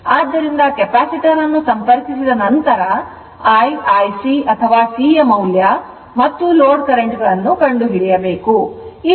ಆದ್ದರಿಂದ capacitor ಅನ್ನು ಸಂಪರ್ಕಿಸಿದ ನಂತರ I Ic ಅಥವಾ C ಮೌಲ್ಯ ಮತ್ತು load current ಗಳನ್ನು ಕಂಡುಹಿಡಿಯಬೇಕು